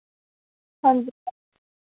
हांजी